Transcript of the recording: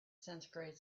centigrade